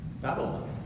Babylon